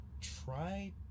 try